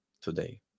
today